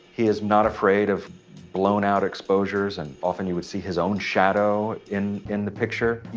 he is not afraid of blown out exposures. and often, you would see his own shadow in, in the picture.